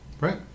Right